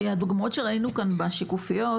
הדוגמאות שראינו כאן, בשקופיות